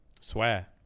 swear